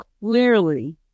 clearly